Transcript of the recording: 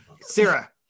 Sarah